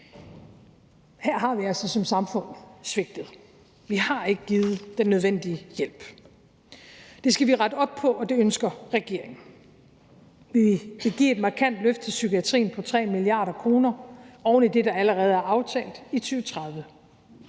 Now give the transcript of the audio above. Her har vi altså som samfund svigtet. Vi har ikke givet den nødvendige hjælp. Det skal vi rette op på, og det ønsker regeringen. Vi vil give et markant løft til psykiatrien på 3 mia. kr. oven i det, der allerede er aftalt, i 2030.